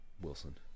Wilson